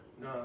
No